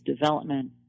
development